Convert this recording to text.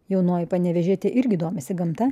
jaunoji panevėžietė irgi domisi gamta